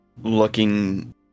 looking